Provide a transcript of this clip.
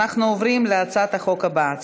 אנחנו עוברים להצעת החוק הבאה: